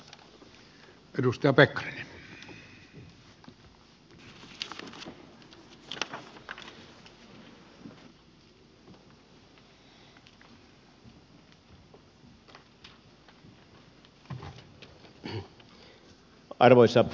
arvoisa puhemies